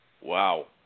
Wow